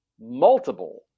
multiple